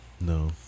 No